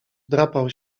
wdrapał